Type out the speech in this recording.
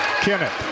Kenneth